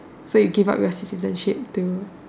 so you give up your citizenship to